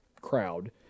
crowd